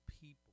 people